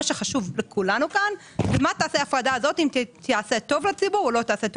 חשוב לכולנו מה תעשה ההפרדה הזאת האם היא תעשה טוב לציבור או לא.